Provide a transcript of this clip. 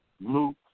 Luke